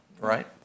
right